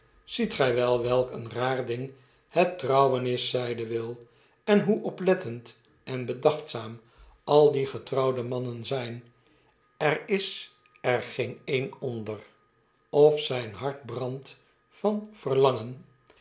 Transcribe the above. ziet gij wel welk een raar ding het trouwen is zeide will en hoe oplettend en bedachtzaam al die getrouwde mannen zp er is er geen een onder of zjjn hartbrandt van verlangen